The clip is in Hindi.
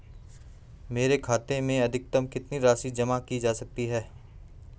मेरे खाते में अधिकतम कितनी राशि जमा की जा सकती है?